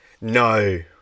No